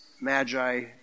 magi